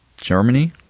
Germany